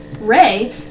Ray